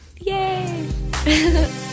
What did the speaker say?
Yay